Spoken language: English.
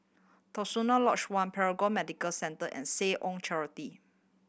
Terusan Lodge One Paragon Medical Centre and Seh Ong Charity